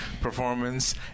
performance